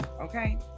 okay